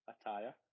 attire